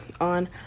on